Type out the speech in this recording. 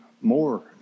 more